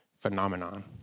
phenomenon